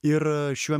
ir šiuo